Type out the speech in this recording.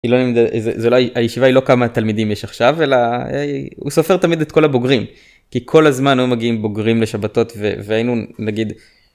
הישיבה היא לא כמה תלמידים יש עכשיו אלא הוא סופר תמיד את כל הבוגרים. כי כל הזמן היו מגיעים בוגרים לשבתות והיינו נגיד.